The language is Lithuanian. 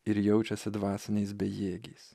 ir jaučiasi dvasiniais bejėgiais